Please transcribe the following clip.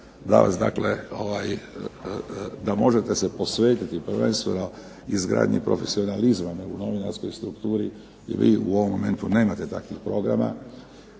da vas dakle, da možete se posvetiti prvenstveno izgradnji profesionalizma u novinarskoj strukturi. Jer vi u ovom momentu nemate takvih programa.